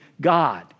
God